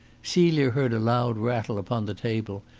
celia heard a loud rattle upon the table,